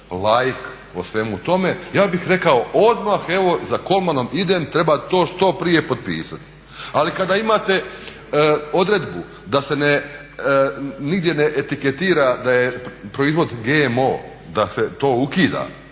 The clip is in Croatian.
laik o svemu tome, ja bih rekao odmah evo za Kolmanom idem, treba to što prije potpisati. Ali kada imate odredbu da se nigdje ne etiketira da je proizvod GMO, da se to ukida,